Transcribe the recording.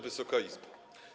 Wysoka Izbo!